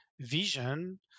vision